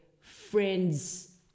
friends